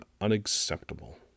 unacceptable